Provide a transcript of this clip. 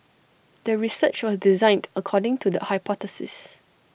the research was designed according to the hypothesis